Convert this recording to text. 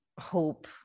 hope